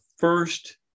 first